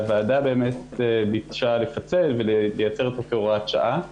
הוועדה ביקשה לפצל ולייצר אותו כהוראת שעה.